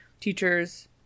Teachers